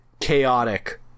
chaotic